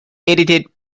edited